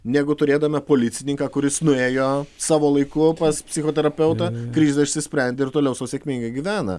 negu turėdama policininką kuris nuėjo savo laiku pas psichoterapeutą krizę išsisprendė ir toliau sau sėkmingai gyvena